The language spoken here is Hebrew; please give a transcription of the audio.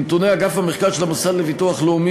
מנתוני אגף המחקר של המוסד לביטוח לאומי